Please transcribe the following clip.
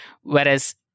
Whereas